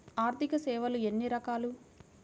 ఆర్థిక సేవలు ఎన్ని రకాలు?